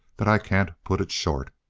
that i can't put it short.